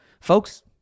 Folks